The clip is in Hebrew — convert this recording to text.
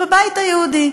בבית היהודי,